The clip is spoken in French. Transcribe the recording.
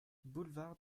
boulevard